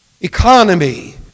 economy